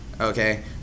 Okay